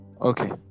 okay